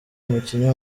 umukinnyi